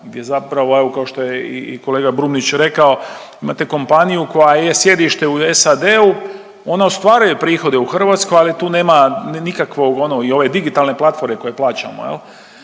gdje zapravo, evo kao što je i, i kolega Brumnić rekao, imate kompaniju koja je sjedište u SAD-u, ona ostvaruje prihode u Hrvatskoj, ali tu nema nikakvog, ono i ove digitalne platforme koje plaćamo jel,